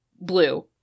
blue